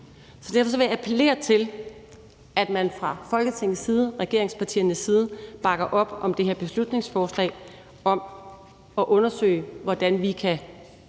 Så derfor vil jeg appellere til, at man fra Folketingets side og regeringspartiernes side bakker op om det her beslutningsforslag om at undersøge, hvordan vi kan